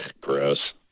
gross